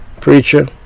Preacher